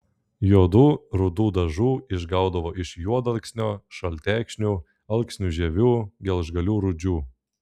juodų rudų dažų išgaudavo iš juodalksnio šaltekšnių alksnių žievių gelžgalių rūdžių